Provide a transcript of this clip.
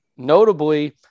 Notably